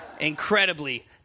Incredibly